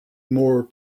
more